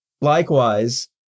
likewise